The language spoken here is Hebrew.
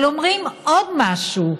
אבל אומרים עוד משהו,